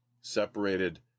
separated